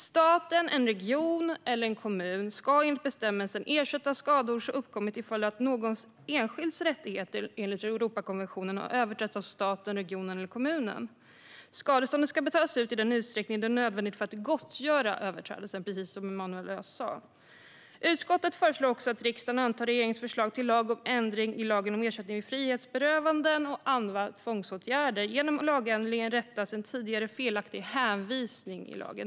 Staten, en region eller en kommun ska enligt bestämmelsen ersätta skador som har uppkommit till följd av att någons rättigheter enligt Europakonventionen har överträtts av staten, regionen eller kommunen. Skadeståndet ska betalas ut i den utsträckning det är nödvändigt för att gottgöra överträdelsen, precis som Emanuel Öz sa. Utskottet föreslår också att riksdagen antar regeringens förslag till lag om ändring i lagen om ersättning vid frihetsberövanden och andra tvångsåtgärder. Genom lagändringen rättas en tidigare felaktig hänvisning i lagen.